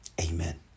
Amen